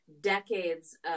decades